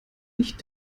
licht